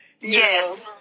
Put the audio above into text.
Yes